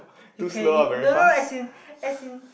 you can you no no as in as in